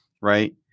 Right